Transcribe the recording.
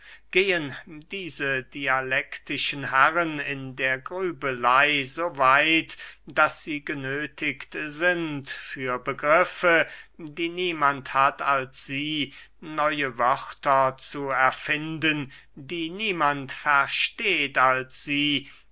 gehen diese dialektischen herren in der grübeley so weit daß sie genöthigt sind für begriffe die niemand hat als sie neue wörter zu erfinden die niemand versteht als sie